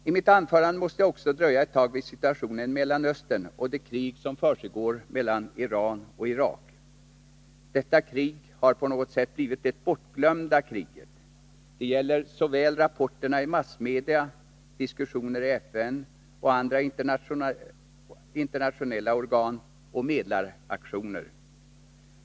I mitt anförande måste jag också dröja ett tag vid situationen i Mellanöstern och det krig som försiggår mellan Iran och Irak. Detta krig har på något sätt blivit det bortglömda kriget. Det gäller såväl rapporterna i massmedia som diskussionerna i FN och andra internationella organ samt medlaraktioner.